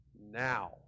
now